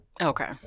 Okay